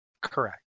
Correct